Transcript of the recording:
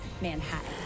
Manhattan